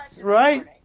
Right